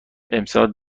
امسال